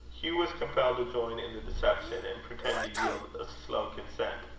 hugh was compelled to join in the deception, and pretend to yield a slow consent.